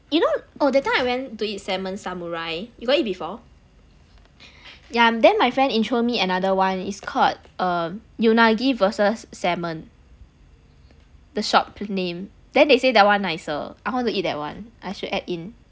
you know oh that time I went to eat salmon samurai you got eat before yeah then my friend intro me another one it's called err unagi versus salmon the shop name then they say that [one] nicer I want to eat that one I should add in